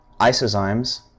isozymes